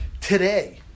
today